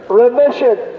remission